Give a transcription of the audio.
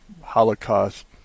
Holocaust